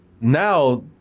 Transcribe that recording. now